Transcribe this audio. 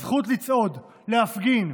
הזכות לצעוד, להפגין,